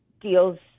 deals